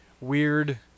Weird